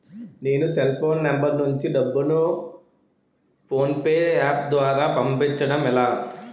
నేను cell phone number నుంచి డబ్బును ను ఫోన్పే అప్ ద్వారా పంపించడం ఎలా?